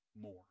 more